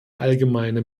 allgemeine